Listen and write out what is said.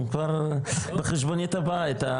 הם כבר בחשבונית הבית,